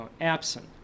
absent